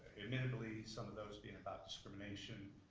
admin believe some of those being about discrimination.